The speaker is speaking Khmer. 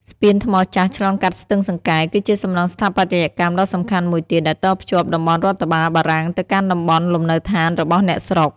ស្ពានថ្មចាស់ឆ្លងកាត់ស្ទឹងសង្កែ គឺជាសំណង់ស្ថាបត្យកម្មដ៏សំខាន់មួយទៀត ដែលតភ្ជាប់តំបន់រដ្ឋបាលបារាំងទៅកាន់តំបន់លំនៅដ្ឋានរបស់អ្នកស្រុក។